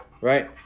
right